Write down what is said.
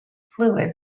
fluid